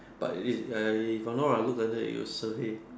but it if I if I'm not wrong I looked under it was survey